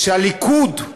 שהליכוד,